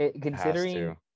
Considering